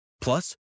Plus